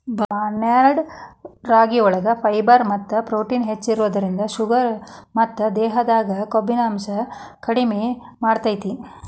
barnyard ರಾಗಿಯೊಳಗ fibre ಮತ್ತ protein ಹೆಚ್ಚಿರೋದ್ರಿಂದ ಶುಗರ್ ಮತ್ತ ದೇಹದಾಗ ಕೊಬ್ಬಿನಾಂಶ ಕಡಿಮೆ ಮಾಡ್ತೆತಿ